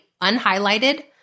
unhighlighted